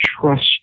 trust